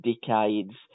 decades